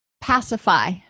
pacify